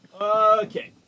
okay